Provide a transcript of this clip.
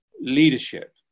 leadership